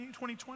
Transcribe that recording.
2020